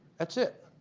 that's it.